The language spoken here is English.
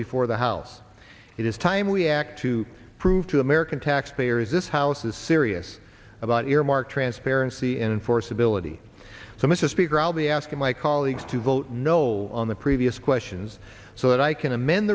before the house it is time we act to prove to the american taxpayers this house is serious about earmark transparency enforceability so mr speaker i'll be asking my colleagues to vote no on the previous questions so that i can amend